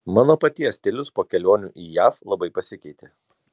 mano paties stilius po kelionių į jav labai pasikeitė